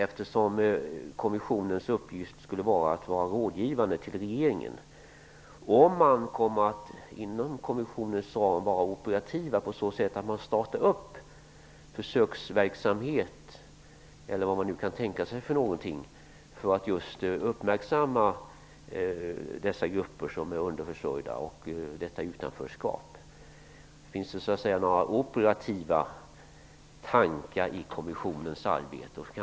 Eftersom kommissionens uppgift är att vara rådgivande till regeringen är min fråga: Kommer man inom kommissionens ram att vara operativ på så sätt att man startar t.ex. försöksverksamhet för att uppmärksamma dessa grupper som är underförsörjda, detta utanförskap? Finns det några operativa tankar i kommissionens arbete?